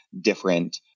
different